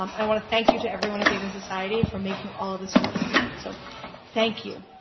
um i want to thank you to everyone at data and society for making all of this possible. so thank you.